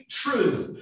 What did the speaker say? truth